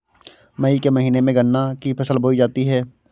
मई के महीने में गन्ना की फसल बोई जाती है